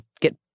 get